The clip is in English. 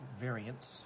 variants